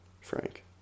Frank